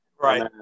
Right